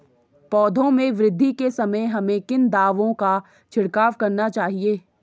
पौधों में वृद्धि के समय हमें किन दावों का छिड़काव करना चाहिए?